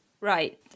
right